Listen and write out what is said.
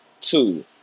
Two